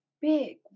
big